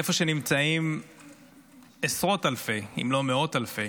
איפה שנמצאים עשרות אלפי אם לא מאות אלפי